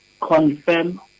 confirm